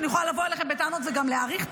שאני יכולה לבוא אליכם בטענות וגם להעריך,